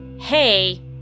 hey